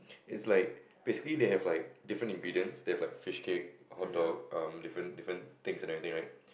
it's like basically they have like different ingredients they have like fishcake hotdog um different different things and everything right